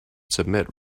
submit